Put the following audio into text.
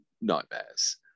nightmares